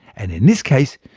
and in this case,